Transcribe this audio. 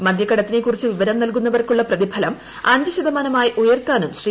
മദ്യകടത്തിനെക്കുറിച്ച് വിവരം നൽകുന്നവർക്കുള്ള പ്രതിഫലം അഞ്ച് ശതമാനമായി ഉയർത്താനും ശ്രീ